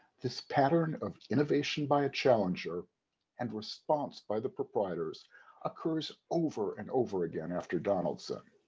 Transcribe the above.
this pattern of innovation by a challenger and response by the proprietors occurs over and over again after donaldson.